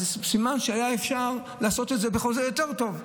סימן שהיה אפשר לעשות את זה בחוזה יותר טוב.